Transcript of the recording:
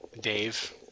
Dave